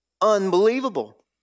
Unbelievable